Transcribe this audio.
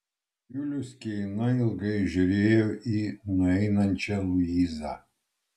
julius keina ilgai žiūrėjo į nueinančią luizą